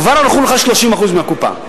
כבר הלכו לך 30% מהקופה.